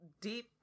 Deep